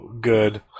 good